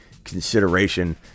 consideration